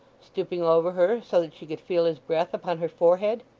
stooping over her so that she could feel his breath upon her forehead.